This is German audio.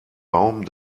baum